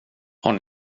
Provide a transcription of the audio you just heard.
har